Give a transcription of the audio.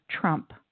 Trump